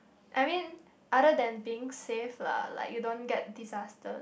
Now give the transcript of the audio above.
I mean other than being safe lah like you don't get disaster